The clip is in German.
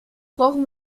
brauchen